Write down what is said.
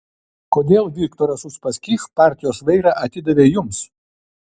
kodėl viktoras uspaskich partijos vairą atidavė jums